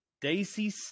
Daisy